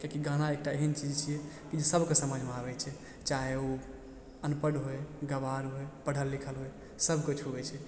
किएकि गाना एकटा एहन चीज छियै कि जे सभक समझमे आबै छै चाहै ओ अनपढ़ होइ गवार होइ पढ़ल लिखल होइ सभके छुबै छै